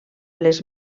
les